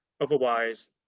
Otherwise